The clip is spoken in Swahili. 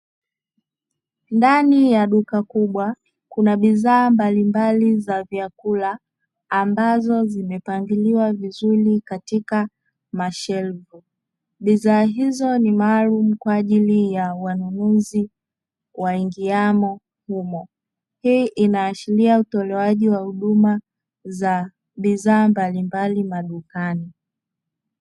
Ndani ya duka kubwa kuna bidhaa mbalimbali za vyakula, ambazo zimepangiliwa vizuri katika mashelfu, bishaa hizo ni maalumu kwa ajili ya wanunuzi waingiamo humo, hii inaashiria utolewaji wa huduma za bidhaa mbalimbali madukani.